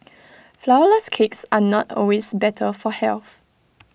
Flourless Cakes are not always better for health